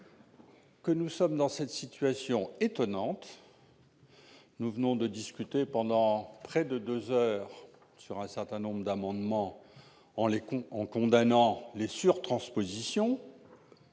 Nous sommes dans une situation étonnante. Nous avons discuté pendant près de deux heures sur un certain nombre d'amendements en condamnant les sur-transpositions